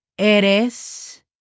Eres